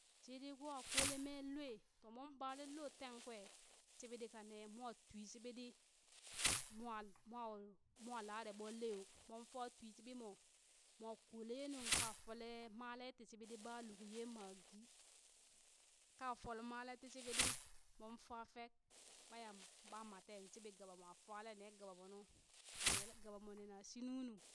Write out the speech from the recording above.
Shee daiko akolee mee lwaa moon baleŋ loo tang kwee shiɓi ɗi ka ne mwa twi shiɓiɗi mwa mwa mwa laree ɓolle yoo moon faa twi shiɓi moo mwa kole ye nungka fole maale ti shiɓiɗi ɓa luk ye maggi ka fule male ti shiɓidi mon fa fek ɓa ɓa mat tee shiɓi gaɓa moo, mwa fale ne gaɓa moo nu a nele gaɓa mo neneshid nunu.